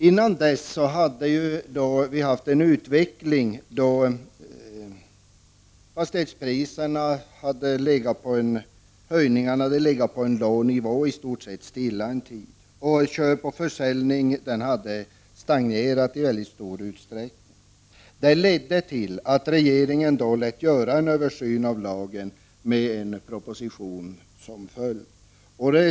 Intill dess hade fastighetspriserna i stort sett legat stilla en tid, och köp och försäljning hade i väldigt stor utsträckning stagnerat. Det ledde till att regeringen lät göra en översyn av lagen, med en proposition som följd.